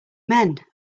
men